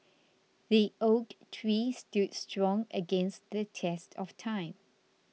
the oak tree stood strong against the test of time